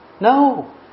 No